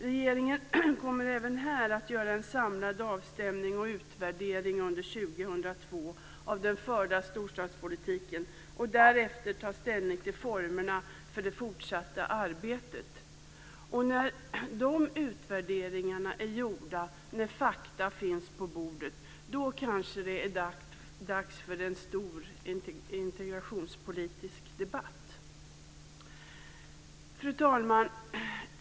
Regeringen kommer även här att göra en samlad avstämning och utvärdering under 2002 av den förda storstadspolitiken och därefter ta ställning till formerna för det fortsatta arbetet. När dessa utvärderingar är gjorda och fakta finns på bordet, då kanske det är dags för en stor integrationspolitisk debatt. Fru talman!